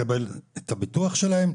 לקבל את הביטוח שלהם,